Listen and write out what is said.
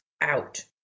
out